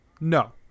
No